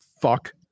fuck